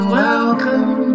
welcome